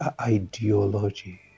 ideology